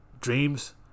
dreams